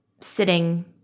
sitting